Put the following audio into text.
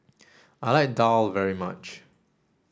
I like Daal very much